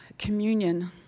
communion